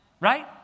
Right